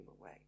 away